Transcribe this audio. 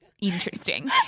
interesting